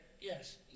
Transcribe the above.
Yes